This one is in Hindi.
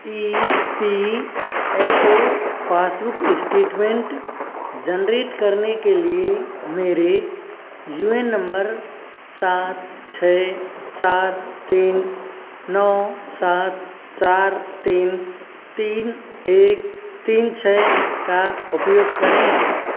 ई P F O passbook statement generate करने के लिए मेरे यू एन नंबर सात छः चार तीन नौ सात चार तीन तीन एक तीन छः का उपयोग करें